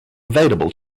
available